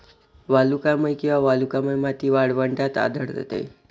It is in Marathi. वालुकामय किंवा वालुकामय माती वाळवंटात आढळते